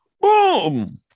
Boom